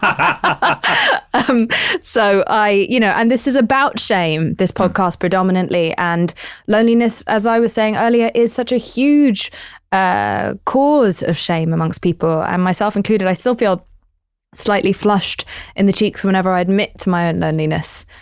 um so i, you know, and this is about shame, this podcast predominantly, and loneliness, as i was saying earlier, is such a huge ah cause of shame amongst people and myself included, i still feel slightly flushed in the cheeks whenever i admit to my own loneliness.